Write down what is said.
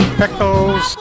pickles